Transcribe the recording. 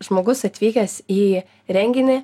žmogus atvykęs į renginį